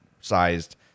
sized